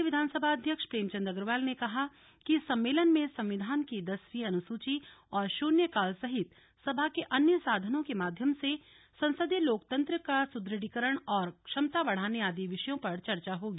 राज्य विधानसभा अध्यक्ष प्रेमचन्द अग्रवाल ने कहा कि इस सम्मेलन में संविधान की दसवीं अनुसूची और शून्य काल सहित सभा के अन्य साधनों के माध्यम से संसदीय लोकतंत्र का सुदृढ़ीकरण और क्षमता बढ़ाने आदि विषयों पर चर्चा होगी